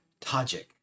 Tajik